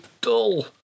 dull